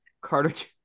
Carter